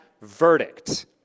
verdict